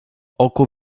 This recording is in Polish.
oko